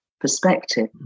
perspective